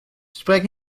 spreek